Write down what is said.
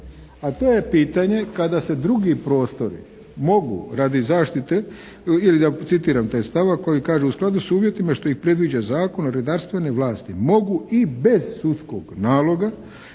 A to je pitanje kada se drugi prostori mogu radi zaštite ili da citiram taj stavak koji kažu: «U skladu s uvjetima što ih predviđa zakon redarstvene vlasti mogu i bez sudskog naloga